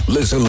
Listen